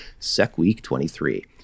SECWEEK23